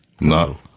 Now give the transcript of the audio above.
no